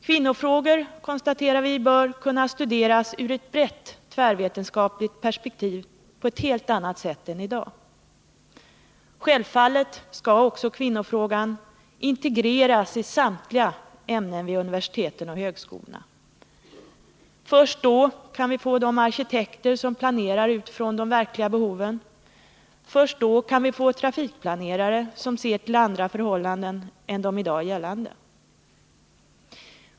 Kvinnofrågor, konstaterar vi, bör kunna studeras ur ett brett tvärvetenskapligt perspektiv på ett helt annat sätt än i dag. Självfallet skall kvinnofrågan också integreras i samtliga ämnen vid universiteten och högskolorna. Först då kan vi få arkitekter som planerar utifrån de verkliga behoven. Först då kan vi få trafikplanerare som ser till andra förhållanden än de i dag gällande.